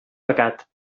pecat